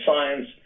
science